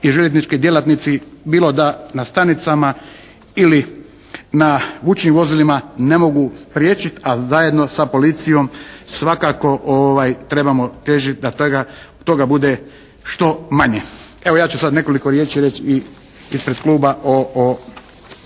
i željeznički djelatnici bilo na stanicama ili na vučnim vozilima ne mogu spriječiti, ali zajedno sa policijom svakako trebamo težiti da toga bude što manje. Evo ja ću sad nekoliko riječi reći i ispred kluba o